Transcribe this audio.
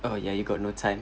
oh ya you got no time